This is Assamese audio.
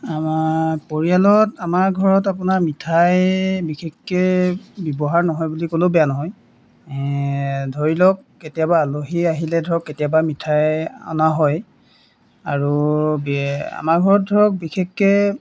আমাৰ পৰিয়ালত আমাৰ ঘৰত আপোনাৰ মিঠাই বিশেষকৈ ব্যৱহাৰ নহয় বুলি ক'লেও বেয়া নহয় ধৰি লওক কেতিয়াবা আলহী আহিলে ধৰক কেতিয়াবা মিঠাই অনা হয় আৰু বি আমাৰ ঘৰত ধৰক বিশেষকৈ